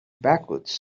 backwards